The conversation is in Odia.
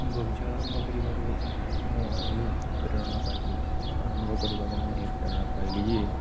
ବଗିଚା ଆରମ୍ଭ କରିବାରୁ ମୁଁ ଏହି ପ୍ରେରଣା ପାଇଲି ଆରମ୍ଭ କରିବାକୁ ମୁଇଁ ଏହି ପ୍ରେରଣା ପାଇଲି ଯେ